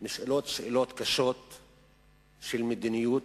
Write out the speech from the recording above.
נשאלות שאלות קשות של מדיניות,